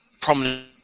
prominent